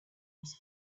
was